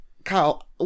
Kyle